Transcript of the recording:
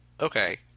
Okay